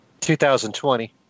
2020